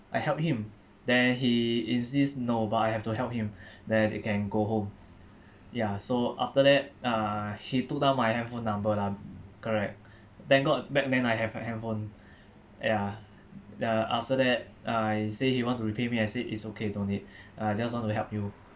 I helped him then he insist no but I have to help him that he can go home ya so after that uh he took down my handphone number lah correct thank god back then I have a handphone ya the after that uh he say he want to repay me I say it's okay don't need uh just want to help you